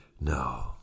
no